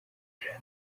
jean